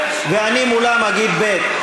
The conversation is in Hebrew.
ואני מולם אגיד ב'.